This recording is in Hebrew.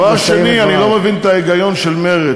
דבר שני, אני לא מבין את ההיגיון של מרצ.